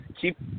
keep